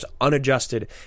unadjusted